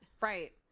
right